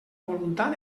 voluntat